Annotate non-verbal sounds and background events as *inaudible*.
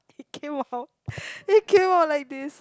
it came out *breath* it came out like this